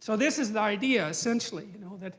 so, this is the idea essentially, you know, that